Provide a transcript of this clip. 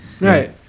right